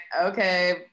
okay